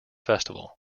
festival